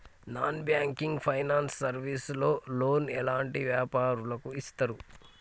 Non banking finance service లో loan ఎలాంటి వ్యాపారులకు ఇస్తరు?